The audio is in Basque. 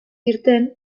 irten